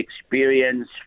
experience